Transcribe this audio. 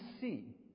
see